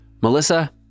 Melissa